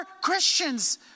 Christians